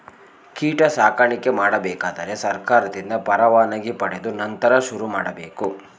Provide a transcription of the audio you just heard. ಕೀಟ ಸಾಕಾಣಿಕೆ ಮಾಡಬೇಕಾದರೆ ಸರ್ಕಾರದಿಂದ ಪರವಾನಿಗೆ ಪಡೆದು ನಂತರ ಶುರುಮಾಡಬೇಕು